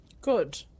good